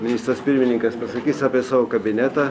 ministras pirmininkas pasakys apie savo kabinetą